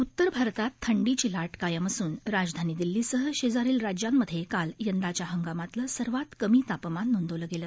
उत्तर भारतात थंडीची ला कायम असून राजधानी दिल्लीसह शेजारील राज्यांमधे काल यंदाच्या हंगामातलं सर्वात कमी तापमान नोंदलं गेलं